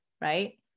right